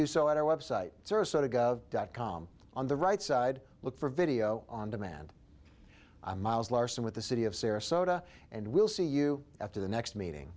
do so at our website dot com on the right side look for video on demand i'm miles larsen with the city of sarasota and we'll see you after the next meeting